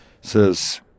says